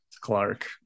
clark